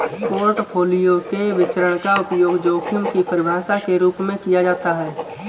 portfolio के विचरण का उपयोग जोखिम की परिभाषा के रूप में किया जाता है